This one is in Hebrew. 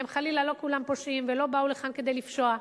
חלילה, לא כולם פושעים ולא באו לכאן כדי לפשוע.